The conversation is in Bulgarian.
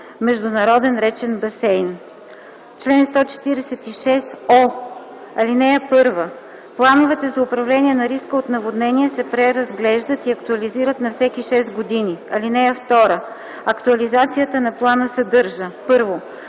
международен речен басейн. Чл. 146о. (1) Плановете за управление на риска от наводнения се преразглеждат и актуализират на всеки 6 години. (2) Актуализацията на плана съдържа: 1.